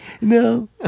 No